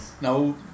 No